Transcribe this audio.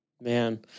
Man